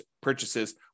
purchases